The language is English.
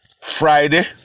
Friday